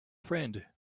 friend